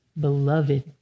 Beloved